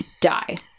die